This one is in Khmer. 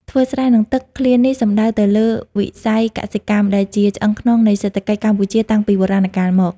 ធ្វើស្រែនឹងទឹក ឃ្លានេះសំដៅទៅលើវិស័យកសិកម្ម ដែលជាឆ្អឹងខ្នងនៃសេដ្ឋកិច្ចកម្ពុជាតាំងពីបុរាណកាលមក។